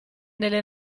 nelle